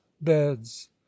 beds